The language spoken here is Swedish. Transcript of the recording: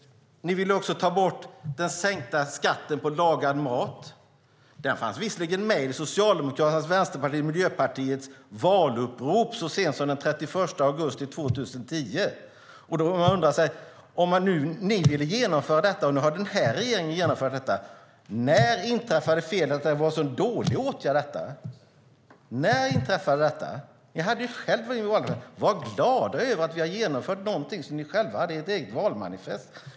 Ni vill också ta bort den sänkta skatten på lagad mat. Den fanns med i Socialdemokraternas, Vänsterpartiets och Miljöpartiets valupprop så sent som den 31 augusti 2010. Ni ville genomföra det, och nu har den här regeringen genomfört det. När blev det en sådan dålig åtgärd? När blev det det? Var glada över att vi har genomfört något som ni själva hade i ert eget valmanifest.